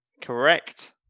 Correct